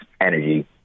energy